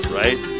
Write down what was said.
right